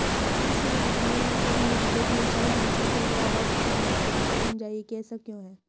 उष्णकटिबंधीय वर्षावन जंतुओं की विशाल जनसंख्या को आवास प्रदान करते हैं यह समझाइए कि ऐसा क्यों है?